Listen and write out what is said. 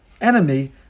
enemy